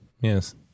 yes